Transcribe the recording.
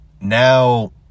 now